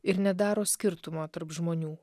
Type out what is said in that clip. ir nedaro skirtumo tarp žmonių